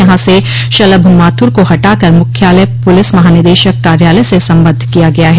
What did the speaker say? यहां से शलभ माथुर को हटा कर मुख्यालय पुलिस महानिदेशक कार्यालय से संबद्ध किया गया है